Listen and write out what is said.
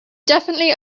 definitely